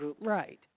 Right